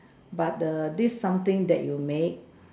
but the this something that you make